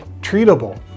treatable